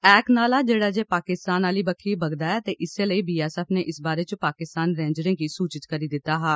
इक नाला जेहड़ा पाकिस्तान आली बक्खी बगदा ऐ ते इस्सै लेई बीएसएफ नै इस बारे च पाकिस्तानी रेंजरें गी सूचित करी दित्ता हा